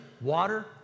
water